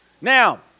Now